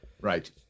Right